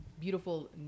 beautiful